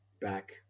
back